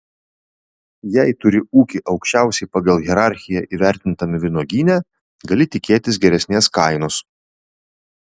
jei turi ūkį aukščiausiai pagal hierarchiją įvertintame vynuogyne gali tikėtis geresnės kainos